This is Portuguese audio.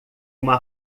uma